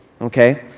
Okay